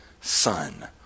son